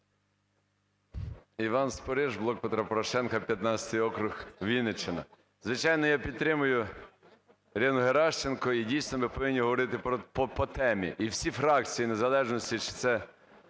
Іван Спориш, "Блок Петра Порошенка", 15 округ, Вінниччина. Звичайно я підтримую Ірину Геращенко, і дійсно ми повинні говорити по темі. І всі фракції в незалежності, чи це